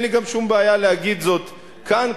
אין לי גם שום בעיה להגיד זאת כאן,